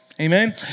Amen